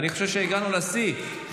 אני חושב שהגענו לשיא.